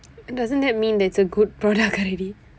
doesn't that mean that it's a good product already